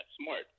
smart